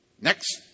next